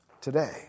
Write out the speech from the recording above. today